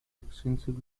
extensive